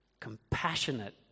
Compassionate